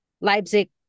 Leipzig